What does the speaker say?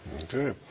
okay